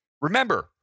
Remember